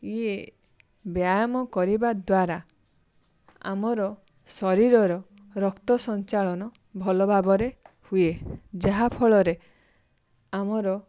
ଇଏ ବ୍ୟାୟାମ କରିବା ଦ୍ଵାରା ଆମର ଶରୀରର ରକ୍ତ ସଞ୍ଚାଳନ ଭଲ ଭାବରେ ହୁଏ ଯାହା ଫଳରେ ଆମର